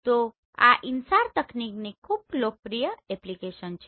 તો આ INSAR તકનીકની ખૂબ જ લોકપ્રિય એપ્લિકેશન છે